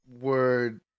word